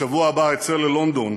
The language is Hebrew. בשבוע הבא אצא ללונדון